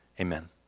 Amen